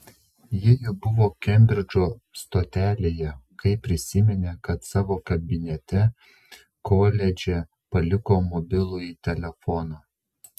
ji jau buvo kembridžo stotelėje kai prisiminė kad savo kabinete koledže paliko mobilųjį telefoną